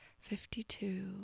fifty-two